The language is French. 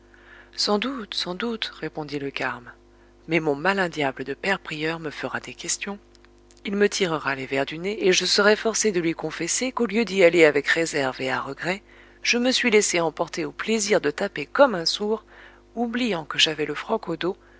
sans doute sans doute répondit le carme mais mon malin diable de père prieur me fera des questions il me tirera les vers du nez et je serai forcé de lui confesser qu'au lieu d'y aller avec réserve et à regret je me suis laissé emporter au plaisir de taper comme un sourd oubliant que j'avais le froc